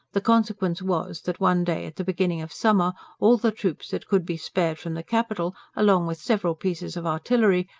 the consequence was that one day at the beginning of summer all the troops that could be spared from the capital, along with several pieces of artillery,